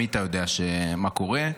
תמיד אתה יודע מה קורה.